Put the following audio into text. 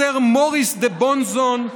סר מוריס דה בונזן.